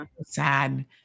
sad